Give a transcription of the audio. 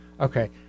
okay